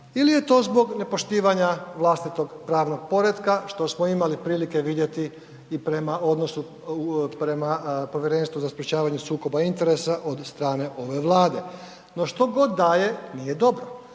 Ili je to zbog nepoštivanja vlastitog pravnog poretka, što smo imali prilike vidjeti i prema odnosu, prema Povjerenstvu za sprječavanju sukoba interesa od strane ove Vlade? No što god da je, nije dobro.